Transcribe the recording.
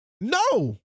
No